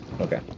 Okay